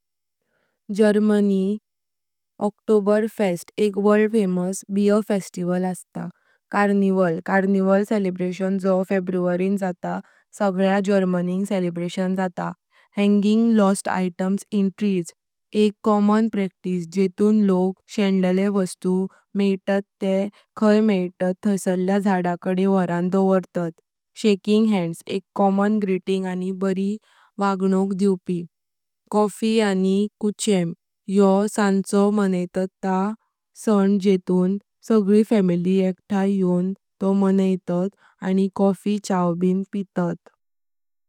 Germany. Oktoberfest: एक world famous beer festival. Carnival: carnival celebration जो फेब्रुवारीं जाता सगलया जर्मनीक सेलिब्रेशन जाता। Hanging lost items in trees: एक कॉमन प्रॅक्टीस जेथून लोक शीनलेले वाटू मेइतात ते खाई मेइतात थाईसारल्या झाडा कडे वरनं दोवर्तात। शेकिंग हैंड्स: एक कॉमन ग्रीटिंग आनि बारी वागणुक दिवापी। काफी उंड कूचेन: योह सांचो मणैतात ता सण जेथून सगळी फॅमिली एकाठाई योँ तॊह मणैतात। आनि कॉफी चाव ब पीतात।